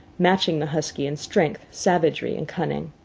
matching the husky in strength, savagery, and cunning.